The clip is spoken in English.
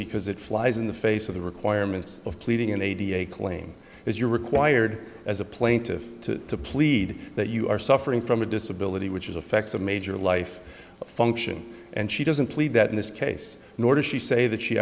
because it flies in the face of the requirements of pleading an eighty eight claim is you're required as a plaintiff to plead that you are suffering from a disability which is affects a major life function and she doesn't believe that in this case nor does she say that she